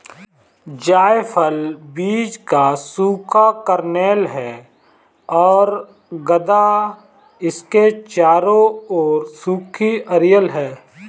जायफल बीज का सूखा कर्नेल है और गदा इसके चारों ओर सूखी अरिल है